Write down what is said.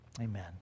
amen